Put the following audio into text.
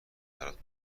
برات